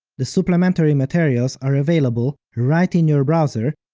the supplementary materials are available right in your browser,